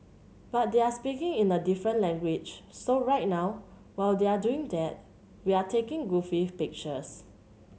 but they're speaking in a different language so right now while they're doing that we're taking goofy pictures